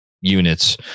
units